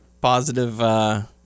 positive